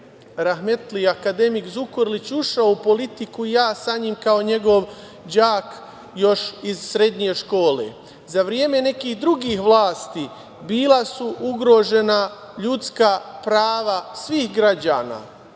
rahmetli akademik Zukorlić ušao u politiku i ja sa njim kao njegov đak još iz srednje škole, za vreme nekih drugih vlasti bila su ugrožena ljudska prava svih građana